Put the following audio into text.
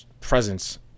presence